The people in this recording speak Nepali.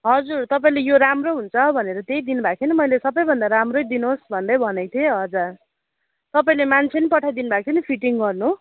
हजुर तपाईँले यो राम्रो हुन्छ भनेर त्यही दिनु भएको थियो नि मैले सबैभन्दा राम्रै दिनुहोस् भन्दै भनेको थिएँ हजुर तपाईँले मान्छे पनि पठाइदिनु भएको थियो नि फिटिङ गर्नु